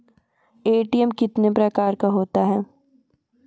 ATM कितने प्रकार का होता हैं?